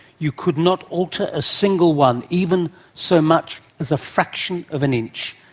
you could not alter a single one, even so much as a fraction of an inch,